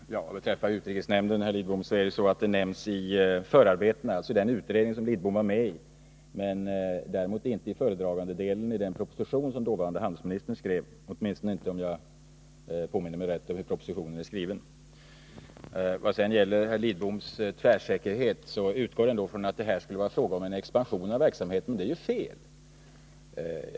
Herr talman! Vad beträffar att utrikesnämnden skall höras, herr Lidbom, Måndagen den nämns detta i förarbetena genom att det togs upp i den utredning som herr = 2 februari 1981 Lidbom var med i, men det finns däremot inte med i föredragandedelen i den proposition som dåvarande handelsministern skrev — om jag nu påminner mig rätt. När det sedan gäller herr Lidboms tvärsäkerhet så utgår herr Lidbom från att det här skulle vara fråga om en expansion av verksamheten. Men det är ju fel.